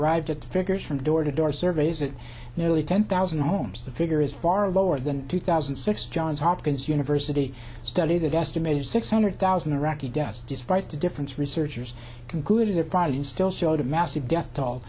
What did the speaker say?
arrived at the figures from door to door surveys it nearly ten thousand homes the figure is far lower than two thousand and six johns hopkins university study that estimated six hundred thousand iraqi deaths despite the difference researchers concluded is a problem still showed a massive death